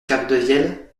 capdevielle